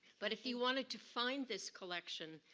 but if you wanted to find this collection,